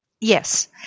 Yes